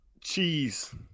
Cheese